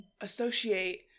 associate